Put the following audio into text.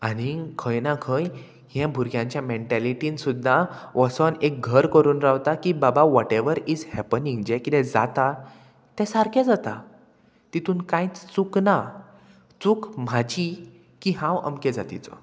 आनींग खंय ना खंय हे भुरग्यांच्या मेंटेलिटीन सुद्दां वोसोन एक घर करून रावता की बाबा वॉट एवर इज हॅपनींग जें किदें जाता तें सारकें जाता तितून कांयच चूक ना चूक म्हाजी की हांव अमकें जातीचो